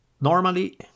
Normally